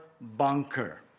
bunker